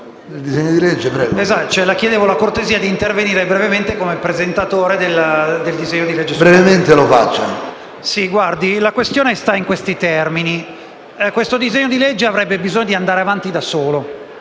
la questione sta nei seguenti termini. Questo disegno di legge avrebbe bisogno di andare avanti da solo,